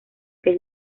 que